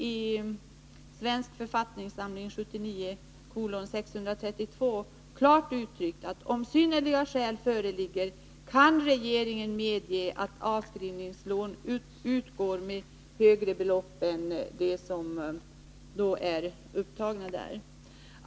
Men i Svensk författningssamling 1979:632 är det klart uttryckt att regeringen, om synnerliga skäl föreligger, kan medge att avskrivningslån utgår med högre belopp än vad som där är upptaget.